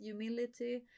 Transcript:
Humility